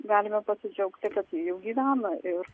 galime pasidžiaugti kad ji jau gyvena ir